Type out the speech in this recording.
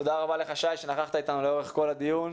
תודה לך שי שנכחת לאורך כל הדיון.